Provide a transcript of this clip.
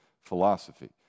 philosophy